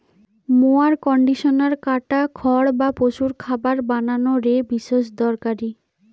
mower conditioner কাটা খড় বা পশুর খাবার বানানা রে বিশেষ দরকারি